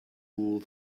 rule